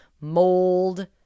mold